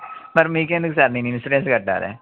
మరి మీకెందుకు సార్ నేను ఇన్సూరెన్స్ కట్టాలి